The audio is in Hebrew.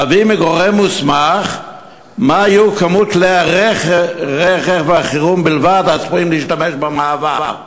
להביא מגורם מוסמך מה יהיה מספר כלי-רכב החירום הצפויים להשתמש במעבר,